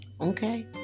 Okay